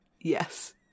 yes